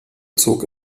zog